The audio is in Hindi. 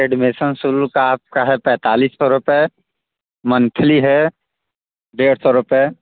एडमिशन शुरू का आपका है पैंतालीस सौ रुपये मंथली है डेढ़ सौ रुपये